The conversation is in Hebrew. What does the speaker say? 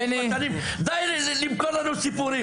זרע ומאותו צבע.